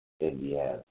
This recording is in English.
Indiana